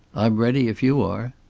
i'm ready, if you are.